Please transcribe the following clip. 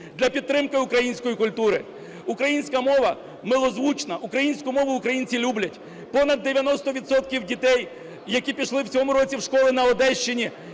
для підтримки української культури. Українська мова милозвучна, українську мову українці люблять. Понад дев'яносто відсотків дітей, які пішли в цьому році в школи на Одещині,